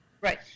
Right